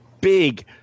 big